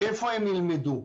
איפה הם ילמדו?